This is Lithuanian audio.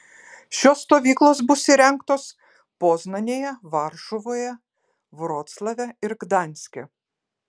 šios stovyklos bus įrengtos poznanėje varšuvoje vroclave ir gdanske